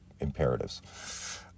imperatives